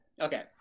Okay